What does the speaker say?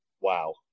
wow